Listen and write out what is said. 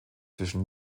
zwischen